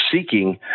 seeking